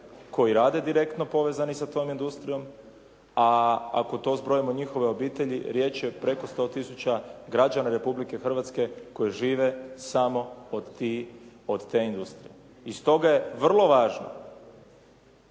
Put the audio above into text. koji rade direktno povezani sa tom industrijom, a ako to zbrojimo njihove obitelji, riječ je preko 100 tisuća građana Republike Hrvatske koji žive samo od te industrije. I stoga je vrlo važno